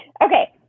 Okay